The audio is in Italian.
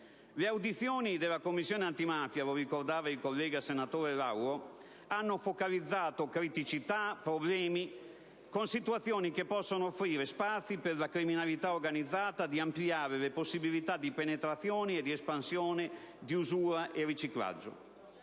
Le audizioni della Commissione antimafia - lo ricordava il collega senatore Lauro - hanno focalizzato criticità e problemi, con situazioni che possono offrire spazi alla criminalità organizzata per ampliare le possibilità di penetrazione e di espansione, di usura e riciclaggio.